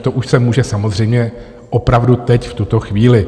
To už se může samozřejmě opravdu teď v tuto chvíli.